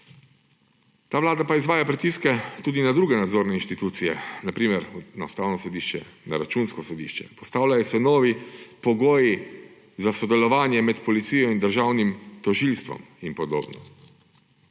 Ta vlada pa izvaja pritiske tudi na druge nadzorne inštitucije, na primer na Ustavno sodišče, na Računsko sodišče. Postavljajo se novi pogoji za sodelovanje med policijo in državnim tožilstvom in podobno.